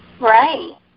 Right